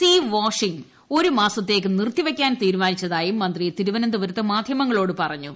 see washing ഒരു മാസത്തേക്ക് നിർത്തിവയ്ക്കാൻ തീരുമാനിച്ചതായും മന്ത്രി തിരുവനന്തപുരത്ത് മാധ്യമങ്ങളോട് പറഞ്ഞു